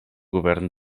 govern